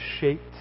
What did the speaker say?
shaped